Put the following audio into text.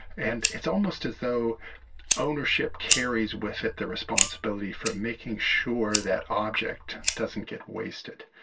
and it's almost as though ownership carries with it the responsibility for making sure that object doesn't get wasted.